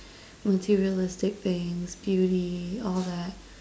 materialistic things beauty all that